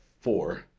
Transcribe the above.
four